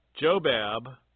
Jobab